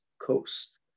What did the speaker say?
coast